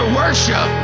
worship